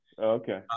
Okay